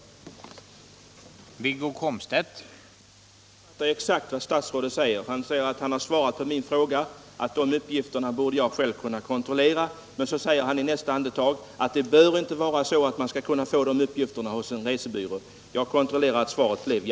Herr talman! Statsrådet säger att han har svarat på min fråga att jag själv borde ha kunnat kontrollera uppgifterna. I nästa andetag säger han att det bör inte vara så att man skall kunna få de uppgifterna hos en resebyrå. Jag konstaterar att svaret blev jaså.